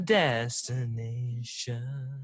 destination